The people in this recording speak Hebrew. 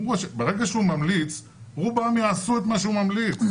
ברגע שהוא ממליץ רובם יעשו את מה שהוא ממליץ.